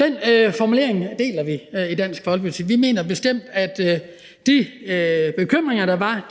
Den formulering deler vi i Dansk Folkeparti. Vi mener bestemt, at de bekymringer, der var,